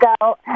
go